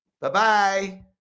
Bye-bye